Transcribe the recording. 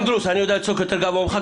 פינדרוס, אני יודע לצעוק יותר גבוה ממך.